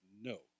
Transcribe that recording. No